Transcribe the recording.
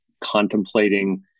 contemplating